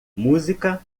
música